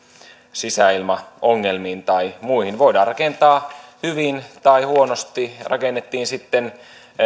sisäilmaongelmiin tai muihin voidaan rakentaa hyvin tai huonosti rakennettiin sitten